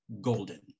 golden